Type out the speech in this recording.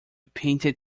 painted